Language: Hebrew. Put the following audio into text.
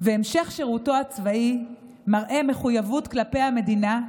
והמשך שירותו הצבאי מראה מחויבות כלפי המדינה,